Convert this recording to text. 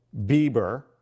Bieber